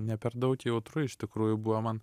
ne per daug jautru iš tikrųjų buvo man